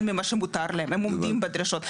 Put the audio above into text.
מה ממה שמותר להם הם עומדים בדרישות,